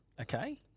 Okay